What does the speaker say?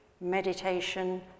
meditation